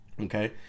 Okay